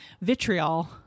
vitriol